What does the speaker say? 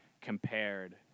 compared